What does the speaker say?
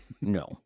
No